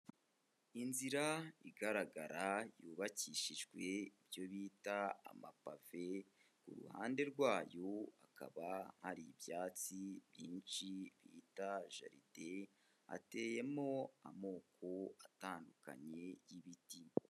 Inzira igaragara yubakishijwe ibyo bita amapave, ku ruhande rwayo akaba hari ibyatsi byinshi bita jaride hateyemo amoko atandukanye y'ibiti.